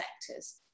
sectors